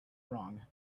wrong